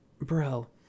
bro